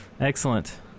Excellent